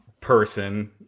person